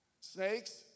Snakes